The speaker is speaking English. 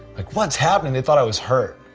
like what's happening they thought i was hurt.